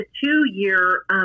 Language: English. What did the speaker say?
two-year